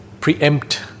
preempt